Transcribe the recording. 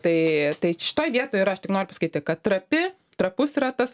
tai tai šitoj vietoj ir aš tik noriu pasakyti kad trapi trapus yra tas